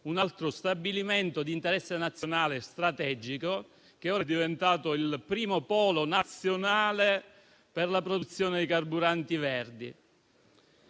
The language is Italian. un altro stabilimento di interesse nazionale strategico che ora è diventato il primo polo nazionale per la produzione di carburanti verdi.